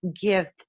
gift